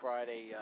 Friday